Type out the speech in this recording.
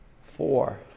four